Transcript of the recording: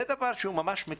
זה דבר מקומם.